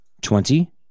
Twenty